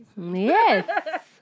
Yes